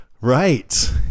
Right